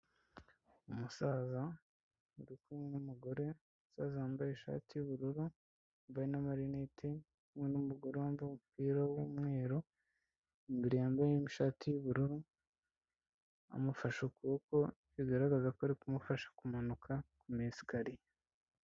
Umusaza uri kumwe n'umugore, umusaza wambaye ishati y'ubururu n'amarinete, hamwe n'umugore wambaye umupira w'umweru, yambaye ishati y'ubururu, amufashe ukuboko, bigaragaza ko ari kumufasha kumanuka ku ama esikariye.